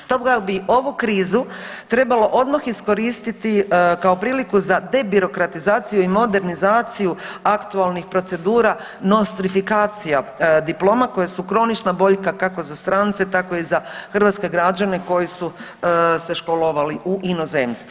Stoga bi ovu krizu trebalo odmah iskoristiti kao priliku za debirokratizaciju i modernizaciju aktualnih procedura nostrifikacija diploma koje su kronična boljka kako za strance tako i za hrvatske građane koji su se školovali u inozemstvu.